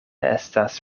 estas